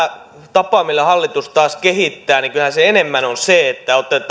tapa millä hallitus taas kehittää kyllähän enemmän on se että otetaan